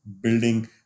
Building